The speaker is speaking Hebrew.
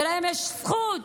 ולהם יש זכות